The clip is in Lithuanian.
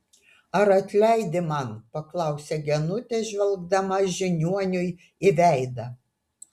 ar atleidi man paklausė genutė žvelgdama žiniuoniui į veidą